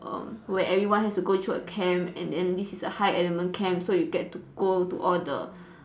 err where everyone has to go through a camp and then this is a high element camp so you get to go to all the